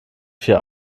vier